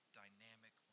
dynamic